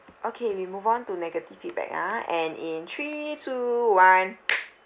okay we move on to negative feedback ah and in three two one